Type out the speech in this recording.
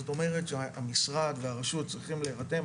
זאת אומרת שהמשרד והראשות צריכים להירתם,